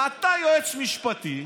אתה יועץ משפטי,